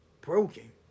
Broken